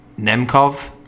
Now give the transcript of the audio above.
Nemkov